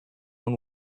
own